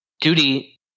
duty